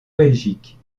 belgique